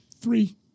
Three